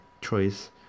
choice